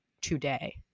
today